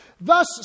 Thus